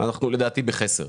אנחנו לדעתי בחסר.